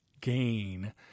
gain